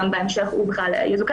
יכול להיות שבהמשך הוא בכלל יזוכה